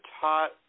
taught